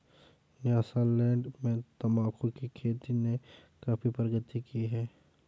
Nyasaland में तंबाकू की खेती ने काफी प्रगति की है